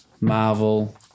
Marvel